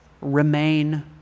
Remain